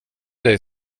dig